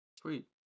Sweet